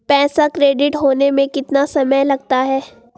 पैसा क्रेडिट होने में कितना समय लगता है?